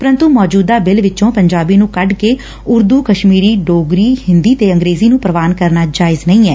ਪਰੰਤੂ ਮੌਜੁਦਾ ਬਿੱਲ ਵਿੱਚੋ ਪੰਜਾਬੀ ਨੂੰ ਛੱਡ ਕੇ ਉਰਦੂ ਕਸ਼ਮੀਰੀ ਡੋਗਰੀ ਹਿੰਦੀ ਤੇ ਅੰਗਰੇਜ਼ੀ ਨੂੰ ਪੂਵਾਨ ਕਰਨਾ ਜਾਇਜ਼ ਨਹੀ ਐ